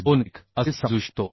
21 असे समजू शकतो